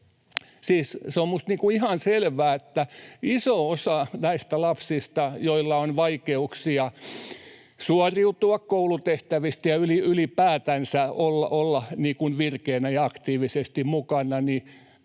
se on minusta ihan selvää, että isolla osalla näistä lapsista, joilla on vaikeuksia suoriutua koulutehtävistä ja ylipäätänsä olla virkeänä ja aktiivisesti mukana...